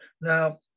Now